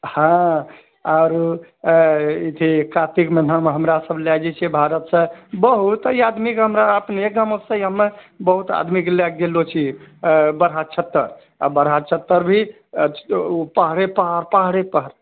हँ आओर अथी कातिक महिनामे हमरा सब लए जाइत छिऐ भारतसँ बहुत आदमीके हमरा अपने गामसँ हमे बहुत आदमीके लए कऽ गेलो छी बराहछत्तर बराहछत्तर भी ओ पहाड़े पहाड़ पहाड़े पहाड़